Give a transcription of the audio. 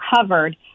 covered